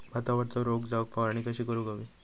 भातावरचो रोग जाऊक फवारणी कशी करूक हवी?